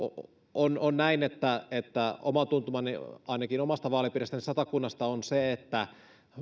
on on näin että että oma tuntumani ainakin omasta vaalipiiristäni satakunnasta on se että